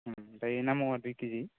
ओमफ्राय ना मावा दुइ केजि